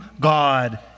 God